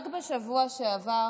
רק בשבוע שעבר